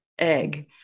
egg